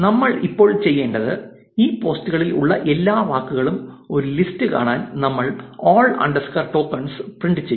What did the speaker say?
നമ്മൾ ഇപ്പോൾ ചെയ്യേണ്ടത് ഈ പോസ്റ്റുകളിൽ ഉള്ള എല്ലാ വാക്കുകളുടെയും ഒരു ലിസ്റ്റ് കാണാൻ നമ്മൾ ഓൾ അണ്ടർസ്കോർ ടോക്കൻസ് പ്രിന്റ് ചെയ്യും